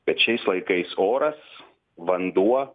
bet šiais laikais oras vanduo